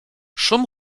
szum